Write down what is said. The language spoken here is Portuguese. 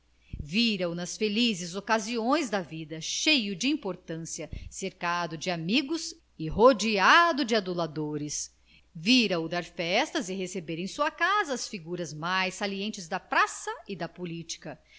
vira o nas felizes ocasiões da vida cheio de importância cercado de amigos e rodeado de aduladores vira o dar festas e receber em sua casa as figuras mais salientes da praça e da política